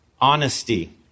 honesty